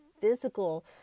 physical